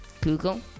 Google